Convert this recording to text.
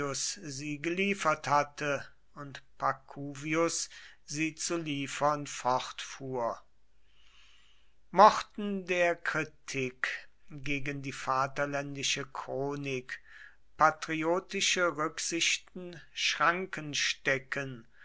sie geliefert hatte und pacuvius sie zu liefern fortfuhr mochten der kritik gegen die vaterländische chronik patriotische rücksichten schranken stecken